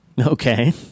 Okay